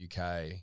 UK